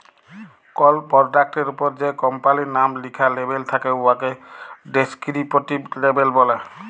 call পরডাক্টের উপরে যে কম্পালির লাম লিখ্যা লেবেল থ্যাকে উয়াকে ডেসকিরিপটিভ লেবেল ব্যলে